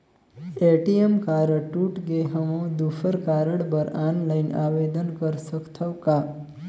ATM card टूट गे हववं दुसर कारड बर ऑनलाइन आवेदन कर सकथव का?